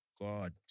God